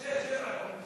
שתי, שתי בעיות.